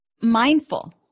Mindful